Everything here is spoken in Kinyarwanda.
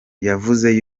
yavuze